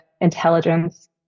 intelligence